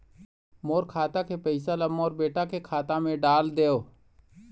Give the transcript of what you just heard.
मोर खाता के पैसा ला मोर बेटा के खाता मा डाल देव?